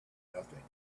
nothing